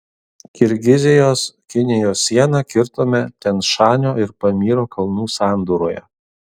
kirgizijos kinijos sieną kirtome tian šanio ir pamyro kalnų sandūroje